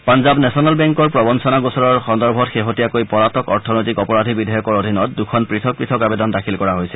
Punjab national বেংকৰ প্ৰবঞ্ণনা গোচৰৰ সন্দৰ্ভত শেহতীয়াকৈ পলাতক অৰ্থনৈতিক অপৰাধী বিধেয়কৰ অধীনত দুখন পৃথক পৃথক আৱেদন দাখিল কৰা হৈছিল